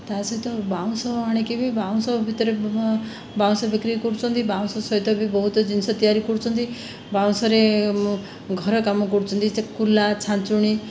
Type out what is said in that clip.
ତା ସହିତ ବାଉଁଶ ଆଣିକି ବି ବାଉଁଶ ଭିତରେ ବାଉଁଶ ବିକ୍ରି କରୁଛନ୍ତି ବାଉଁଶ ସହିତ ବି ବହୁତ ଜିନିଷ ତିଆରି କରୁଛନ୍ତି ବାଉଁଶରେ ଘର କାମ କରୁଛନ୍ତି ସେ କୁଲା ଛାଞ୍ଚୁଣି